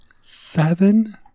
Seven